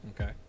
Okay